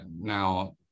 now